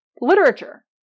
literature